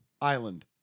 Island